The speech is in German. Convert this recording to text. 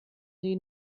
die